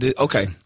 okay